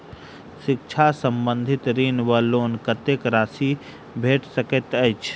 शिक्षा संबंधित ऋण वा लोन कत्तेक राशि भेट सकैत अछि?